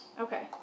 Okay